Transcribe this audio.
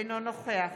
אינו נוכח